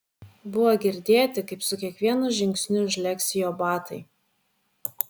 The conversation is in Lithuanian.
buvo girdėti kaip su kiekvienu žingsniu žlegsi jo batai